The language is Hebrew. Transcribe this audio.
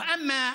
ואשר